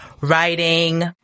writing